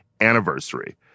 anniversary